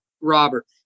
Robert